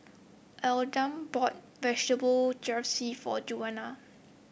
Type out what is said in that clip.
Almeda bought Vegetable Jalfrezi for Junia